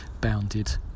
bounded